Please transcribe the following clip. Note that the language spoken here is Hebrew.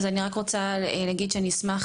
אז אני רק רוצה להגיד שאשמח,